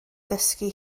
ddysgu